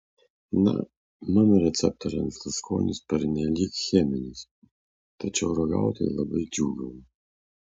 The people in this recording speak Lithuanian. na mano receptoriams tas skonis pernelyg cheminis tačiau ragautojai labai džiūgavo